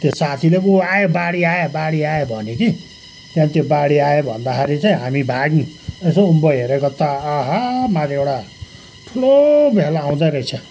त्यो साथीले पो आयो बाढी आयो बाढी आयो भन्यो कि त्यहाँदेखि त्यो बाढी आयो भन्दाखेरि चाहिँ हामी भाग्यौँ यसो उँभो हेरेको त आह माथिबाट ठुलो भेल आउँदै रहेछ